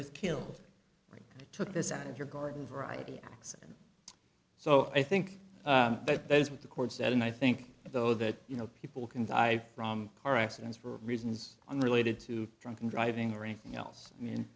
was killed right it took this out of your garden variety accident so i think that there is what the court said and i think though that you know people can die from car accidents for reasons unrelated to drunken driving or anything else i mean